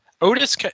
Otis